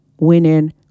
winning